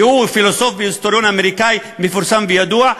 והוא פילוסוף והיסטוריון אמריקני מפורסם וידוע,